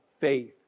faith